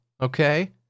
okay